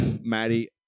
Maddie